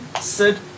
Sid